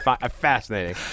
fascinating